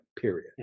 period